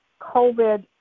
COVID